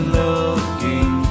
looking